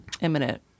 imminent